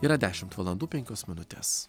yra dešimt valandų penkios minutės